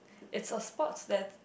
it's a sports that